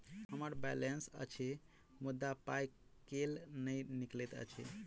हम्मर बैलेंस अछि मुदा पाई केल नहि निकलैत अछि?